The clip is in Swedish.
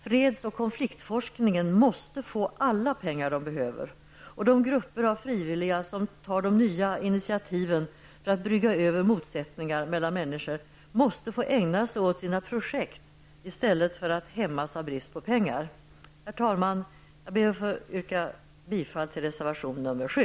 Fredsoch konfliktforskningen måste få alla pengar den behöver. De grupper av frivilliga som tar de nya initiativen för att brygga över motsättningar mellan människor måste få ägna sig åt sina projekt i stället för att hämmas av brist på pengar. Herr talman! Jag ber att få yrka bifall till reservation nr 7.